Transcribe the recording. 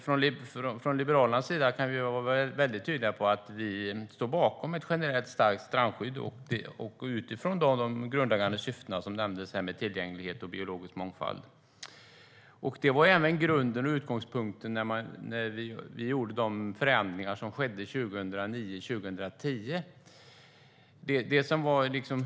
Från Liberalernas sida kan vi vara väldigt tydliga med att vi står bakom ett generellt starkt strandskydd utifrån de grundläggande syften som nämndes här: tillgänglighet och biologisk mångfald. Det var även grunden och utgångspunkten när vi gjorde de förändringar som skedde 2009 och 2010.